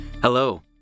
Hello